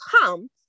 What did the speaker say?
come